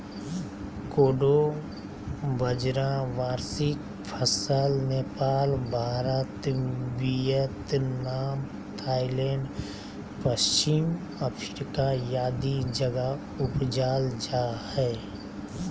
कोडो बाजरा वार्षिक फसल नेपाल, भारत, वियतनाम, थाईलैंड, पश्चिम अफ्रीका आदि जगह उपजाल जा हइ